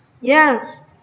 Yes